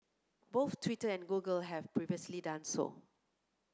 both Twitter and Google have previously done so